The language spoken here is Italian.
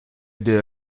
del